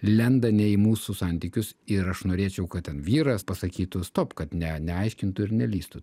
lenda ne į mūsų santykius ir aš norėčiau kad vyras pasakytų stop kad ne neaiškintų ir nelįstų